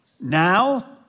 now